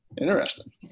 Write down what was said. Interesting